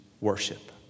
worship